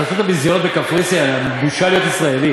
חרדים בלי שיוכלו לרכוש כל אומנות,